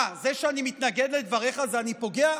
בזה שאני מתנגד לדבריך אני פוגע?